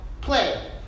play